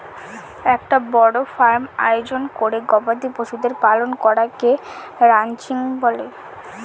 একটা বড় ফার্ম আয়োজন করে গবাদি পশুদের পালন করাকে রানচিং বলে